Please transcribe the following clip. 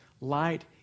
light